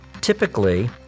Typically